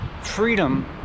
freedom